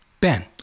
Ben